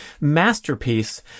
masterpiece